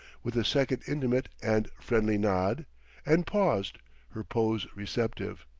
with a second intimate and friendly nod and paused her pose receptive.